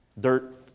Dirt